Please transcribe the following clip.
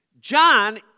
John